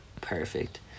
perfect